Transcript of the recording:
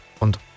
und